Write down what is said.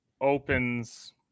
opens